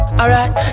alright